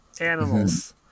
animals